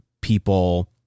people